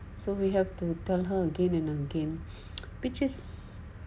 so we have to tell her again and again a bit just